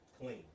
Clean